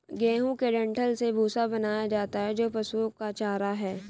गेहूं के डंठल से भूसा बनाया जाता है जो पशुओं का चारा है